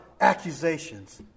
accusations